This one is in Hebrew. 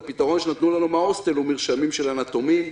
"הפתרון שנתנו לנו מן ההוסטל הוא מרשמים של אטומין,